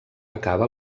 acaba